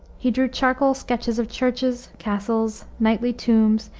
he drew charcoal sketches of churches, castles, knightly tombs,